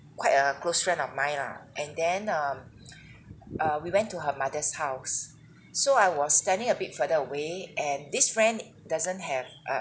quite a close friend of maya and then um err we went to her mother's house so I was standing a bit further away and this friend doesn't have a